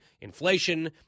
inflation